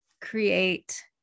create